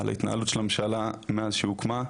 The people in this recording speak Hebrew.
על ההתנהלות של הממשלה מאז שהיא הוקמה,